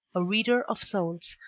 a reader of souls,